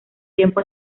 tiempo